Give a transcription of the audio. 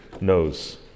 knows